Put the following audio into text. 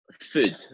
Food